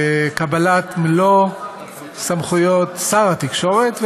בקבלת מלוא סמכויות שר התקשורת,